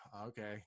okay